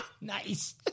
Nice